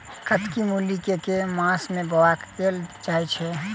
कत्की मूली केँ के मास मे बोवाई कैल जाएँ छैय?